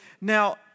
Now